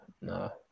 no